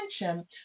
attention